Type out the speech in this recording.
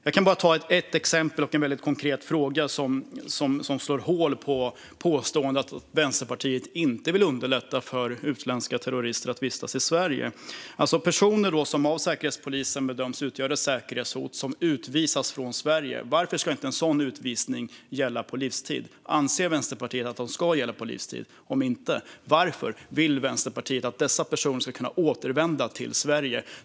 Jag kan visa på ett exempel och en konkret fråga som slår hål på påståendet att Vänsterpartiet inte vill underlätta för utländska terrorister att visats i Sverige. Varför ska inte en utvisning från Sverige av personer som av Säkerhetspolisen bedöms utgöra ett säkerhetshot gälla på livstid? Anser Vänsterpartiet att den ska gälla på livstid? Om inte, varför vill Vänsterpartiet att dessa personer ska kunna återvända till Sverige?